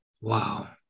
Wow